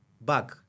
Back